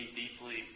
deeply